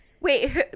wait